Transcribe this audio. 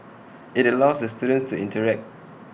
IT allows the students to interact